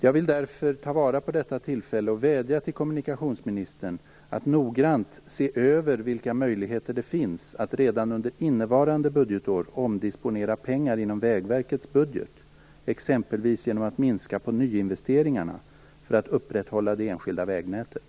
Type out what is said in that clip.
Jag vill därför ta vara på detta tillfälle och vädja till kommunikationsministern att noggrant se över vilka möjligheter det finns att redan under innevarande budgetår omdisponera pengar inom Vägverkets budget exempelvis genom att minska på nyinvesteringarna för att upprätthålla det enskilda vägnätet.